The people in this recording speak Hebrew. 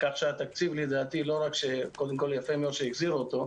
כך שהתקציב לדעתי לא רק שיפה מאוד שהחזירו אותו,